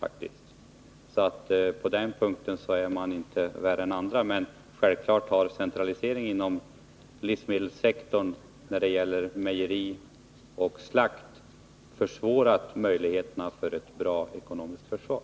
Där är man alltså inte värre än andra. Men självfallet har centraliseringen inom livsmedelssektorn när det gäller mejerier och slakterier försvårat möjligheterna för ett bra ekonomiskt försvar.